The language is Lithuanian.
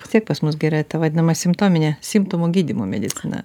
vis tiek pas mus gi yra ta vadinamas simptominė simptomų gydymo medicina